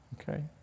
Okay